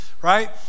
Right